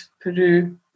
Peru